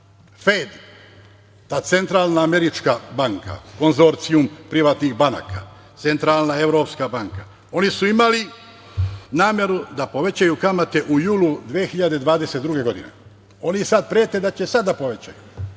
FED, ta Centralna američka banka, konzorcijum privatnih banaka, Centralna evropska banka, oni su imali nameru da povećaju kamate u julu 2020. godine. Oni sad prete da će sad da povećaju.